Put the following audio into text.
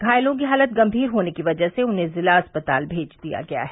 घायलों की हालत गंभीर होने की वजह से उन्हें जिला अस्पताल भेज दिया गया है